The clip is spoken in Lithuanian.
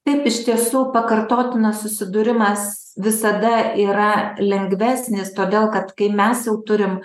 taip iš tiesų pakartotinas susidūrimas visada yra lengvesnis todėl kad kai mes jau turim